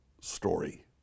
story